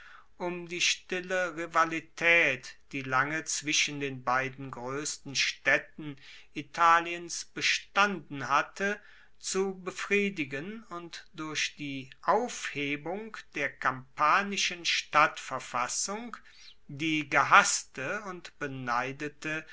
um die stille rivalitaet die lange zwischen den beiden groessten staedten italiens bestanden hatte zu befriedigen und durch die aufhebung der kampanischen stadtverfassung die gehasste und beneidete